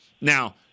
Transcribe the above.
now